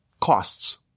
costs